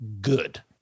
good